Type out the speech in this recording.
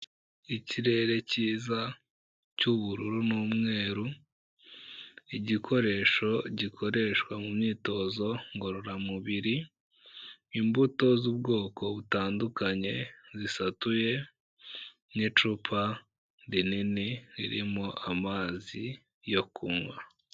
Ikirere cyiza cy'ubururu n'umweru, igikoresho gikoreshwa mu myitozo ngororamubiri, imbuto z'ubwoko butandukanye, zisatuye n'icupa rinini, ririmo amazi yo kunywa.